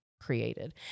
created